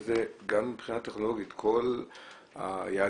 חינת אבטחת המידע גם על מי שמחזיק באותו מאגר מידע למרות